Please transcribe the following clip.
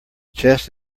chess